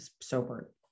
sober